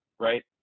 right